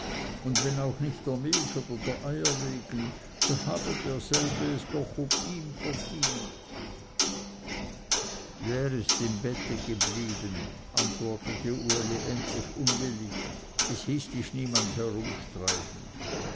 und wenn auch nicht der milch oder der eier wegen so habe derselbe es doch ob ihm verdient wärst im bette geblieben antwortete uli endlich unwillig es hieß dich niemand herumstreichen